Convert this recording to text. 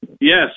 Yes